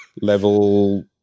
level